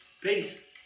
Peace